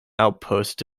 outpost